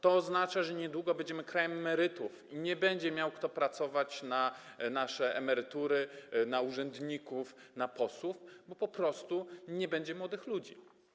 To oznacza, że niedługo będziemy krajem emerytów i nie będzie kto miał pracować na nasze emerytury, na urzędników, na posłów, bo po prostu nie będzie młodych ludzi.